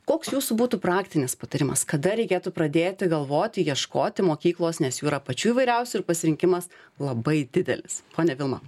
koks jūsų būtų praktinis patarimas kada reikėtų pradėti galvoti ieškoti mokyklos nes jų yra pačių įvairiausių ir pasirinkimas labai didelis ponia vilma